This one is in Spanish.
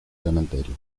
cementerio